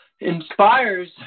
inspires